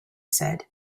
said